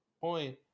point